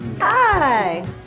Hi